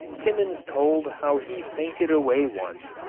timmans told how he fainted away once,